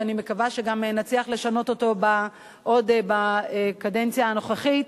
ואני מקווה שגם נצליח לשנות אותו עוד בקדנציה הנוכחית,